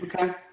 Okay